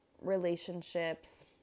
relationships